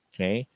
Okay